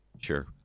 Sure